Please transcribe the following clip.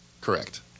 Correct